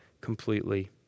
completely